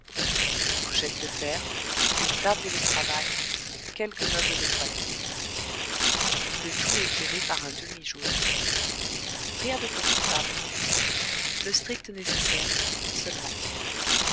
une couchette de fer une table de travail quelques meubles de toilette le tout éclairé par un demi-jour rien de confortable le strict nécessaire seulement